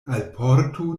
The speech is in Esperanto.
alportu